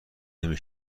نمی